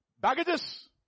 baggages